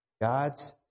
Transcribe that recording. God's